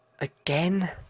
again